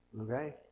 Okay